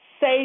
say